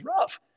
rough